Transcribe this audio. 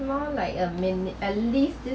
more like a main at least